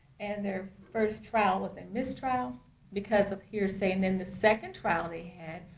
and their first trial was a mistrial because of hearsay. and then the second trial they had,